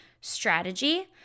strategy